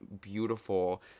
beautiful